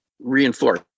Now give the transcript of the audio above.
reinforce